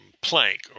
plank